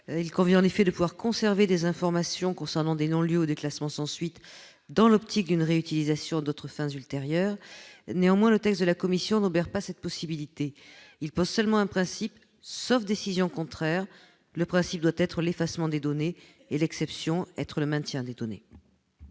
Il convient, en effet, de pouvoir conserver des informations concernant des non-lieux ou des classements sans suite dans la perspective d'une réutilisation à d'autres fins ultérieures. Néanmoins, le texte de la commission n'obère pas cette possibilité. Il pose seulement un principe : sauf décision contraire, le principe doit être l'effacement des données et l'exception le maintien des données.